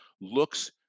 looks